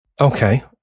Okay